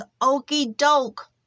okey-doke